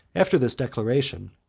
after this declaration,